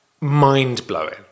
mind-blowing